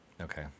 Okay